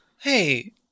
Hey